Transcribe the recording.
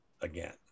again